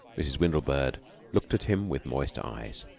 mrs. windlebird looked at him with moist eyes.